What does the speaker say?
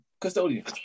custodian